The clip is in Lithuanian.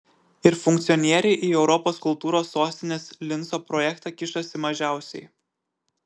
ir funkcionieriai į europos kultūros sostinės linco projektą kišasi mažiausiai